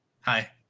Hi